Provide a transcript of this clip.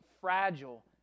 fragile